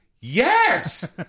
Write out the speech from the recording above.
Yes